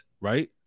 right